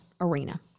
arena